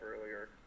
earlier